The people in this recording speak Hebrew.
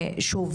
ששוב,